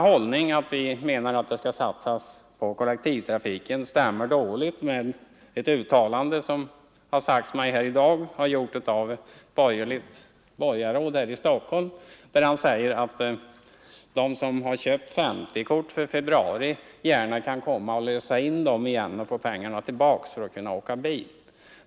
Enligt vad det sagts mig har ett borgerligt landstingsråd här i Stockholm i dag uttalat, att de som har köpt 50-kort för februari gärna kan komma och lösa in det och få pengarna tillbaka för att kunna åka bil.